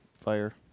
fire